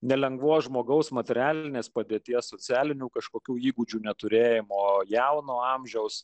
nelengvos žmogaus materialinės padėties socialinių kažkokių įgūdžių neturėjimo jauno amžiaus